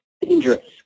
dangerous